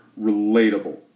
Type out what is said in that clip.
relatable